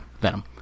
Venom